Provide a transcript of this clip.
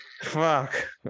fuck